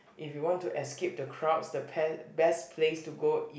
if you want to escape the crowds the pe~ best place to go is